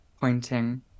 pointing